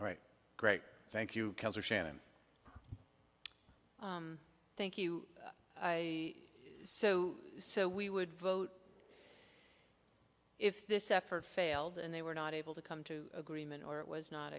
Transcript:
right great thank you shannon thank you i so so we would vote if this effort failed and they were not able to come to agreement or it was not